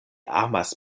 amas